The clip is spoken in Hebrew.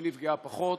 היא נפגעה פחות,